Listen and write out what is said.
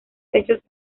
hechos